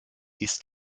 ist